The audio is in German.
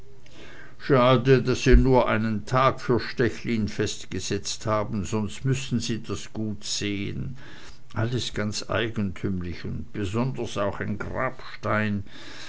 schade daß sie nur einen tag für stechlin festgesetzt haben sonst müßten sie das gut sehen alles ganz eigentümlich und besonders auch ein grabstein